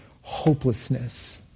hopelessness